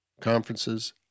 Conferences